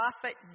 prophet